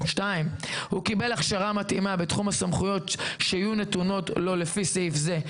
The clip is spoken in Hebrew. (2)הוא קיבל הכשרה מתאימה בתחום הסמכויות שיהיו נתונות לו לפי סעיף זה,